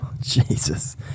jesus